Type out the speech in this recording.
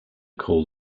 call